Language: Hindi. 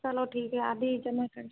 चलो ठीक है आधी जमा कर